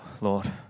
Lord